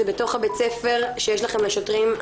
זה בתוך בית הספר שיש לכם לשוטרים,